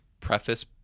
preface